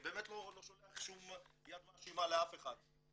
אני לא שולח פה שום יד מאשימה לאף אחד.